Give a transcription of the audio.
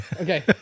okay